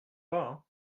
pas